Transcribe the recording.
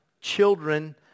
children